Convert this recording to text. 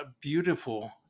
beautiful